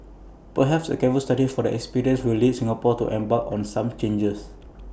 perhaps A careful study of their experiences will lead Singapore to embark on some changes